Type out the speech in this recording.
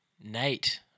Nate